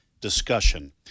discussion